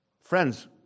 Friends